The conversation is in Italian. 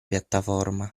piattaforma